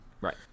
Right